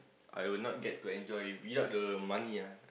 I'll not get to enjoy without the money ah